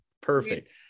Perfect